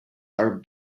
are